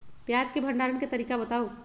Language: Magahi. प्याज के भंडारण के तरीका बताऊ?